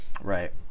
Right